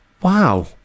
Wow